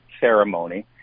ceremony